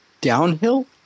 downhill